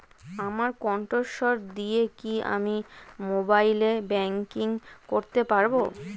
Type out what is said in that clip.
আমার কন্ঠস্বর দিয়ে কি আমি মোবাইলে ব্যাংকিং করতে পারবো?